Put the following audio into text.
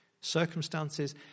Circumstances